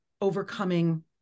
overcoming